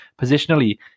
positionally